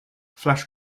flash